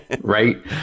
Right